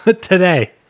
Today